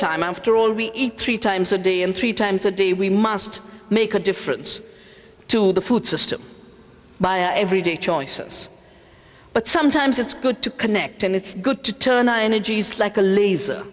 time after all we eat three times a day and three times a day we must make a difference to the food system by our everyday choices but sometimes it's good to connect and it's good to turn our energies like